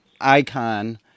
icon